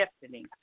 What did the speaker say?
destiny